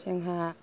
जोंहा